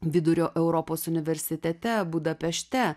vidurio europos universitete budapešte